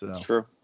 True